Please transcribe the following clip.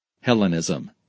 Hellenism